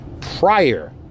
prior